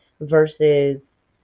versus